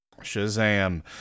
Shazam